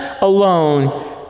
alone